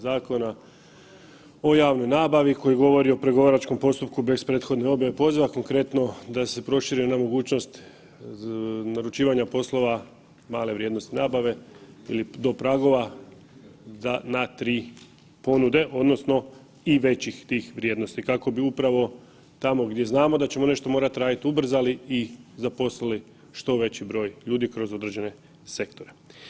Zakona o javnoj nabavi koji govori o pregovaračkom postupku bez prethodne objave, poziva konkretno da se proširi ona mogućnost naručivanja poslova male vrijednosti nabave ili do pragova da na 3 ponude odnosno i većih tih vrijednosti kako bi upravo tamo gdje znamo da ćemo nešto morat radit ubrzali i zaposlili što veći broj ljudi kroz određene sektore.